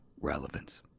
relevance